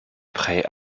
prêts